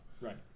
Right